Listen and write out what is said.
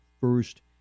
first